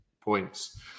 points